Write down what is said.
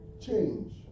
change